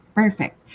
perfect